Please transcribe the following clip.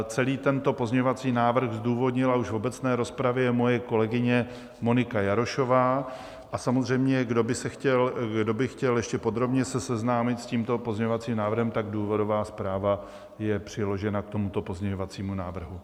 Celý tento pozměňovací návrh zdůvodnila už v obecné rozpravě moje kolegyně Monika Jarošová, a samozřejmě kdo by se chtěl ještě podrobně seznámit s tímto pozměňovacím návrhem, tak důvodová zpráva je přiložena k tomuto pozměňovacímu návrhu.